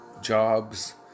jobs